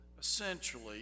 essentially